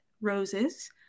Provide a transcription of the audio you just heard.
roses